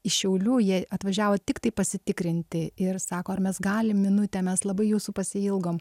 iš šiaulių jie atvažiavo tiktai pasitikrinti ir sako ar mes galim minutę mes labai jūsų pasiilgom